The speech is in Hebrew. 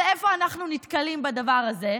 אבל איפה אנחנו נתקלים בדבר הזה?